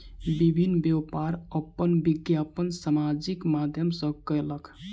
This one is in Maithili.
विभिन्न व्यापार अपन विज्ञापन सामाजिक माध्यम सॅ कयलक